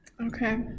Okay